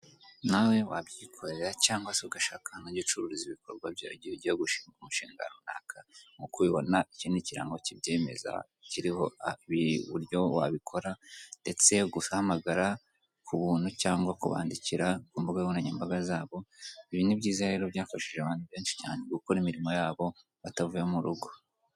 Nawe wabyikorera cyangwa se ugashaka ahantu ujya ucururiza ibikorwa byawe igihe ugiye gushinga umushinga runaka. Nk'uko ubibona iki ni ikirango kibyemeza, kiriho hafi uburyo wabikora, ndetse guhamagara ku buntu cyangwa kubandikira ku mbuga nkoranyambaga zabo, ibi ni byiza rero byafashije abantu benshi cyane gukora imirimo yabo batavuye mu rugo.